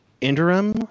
interim